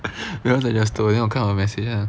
because I just toh 我看到我的 message